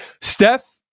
Steph